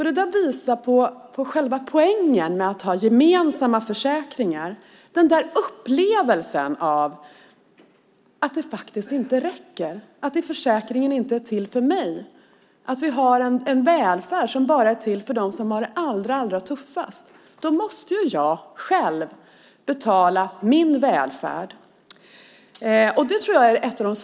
Det visar på själva poängen med att ha gemensamma försäkringar - den där upplevelsen av att det faktiskt inte räcker, att försäkringen inte är till för mig och att vi har en välfärd som bara är till för dem som har det allra tuffast. Då måste jag själv betala min välfärd.